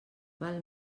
val